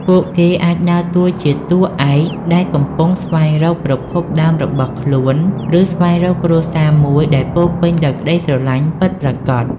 ពួកគេអាចដើរតួជាតួឯកដែលកំពុងស្វែងរកប្រភពដើមរបស់ខ្លួន ឬស្វែងរកគ្រួសារមួយដែលពោរពេញដោយក្ដីស្រឡាញ់ពិតប្រាកដ។